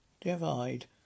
divide